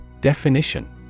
Definition